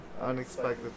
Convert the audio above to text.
Unexpected